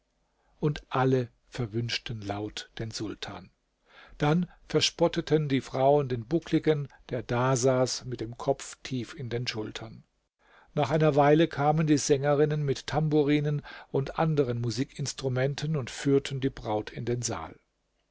und alle verwünschten laut den sultan dann verspotteten die frauen den buckligen der dasaß mit dem kopf tief in den schultern nach einer weile kamen die sängerinnen mit tamburinen und anderen musikinstrumenten und führten die braut in den saal